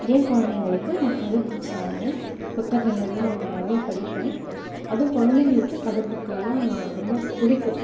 என் குழந்தைங்களுக்கு நான் கதை புக்ஸ் வாங்கினேன் புத்தகங்கள்லாம் நான் நிறைய படிப்பேன் அதுவும் குழந்தைங்களுக்குக் கதை புக்கெல்லாம் ரொம்ப பிடிக்கும்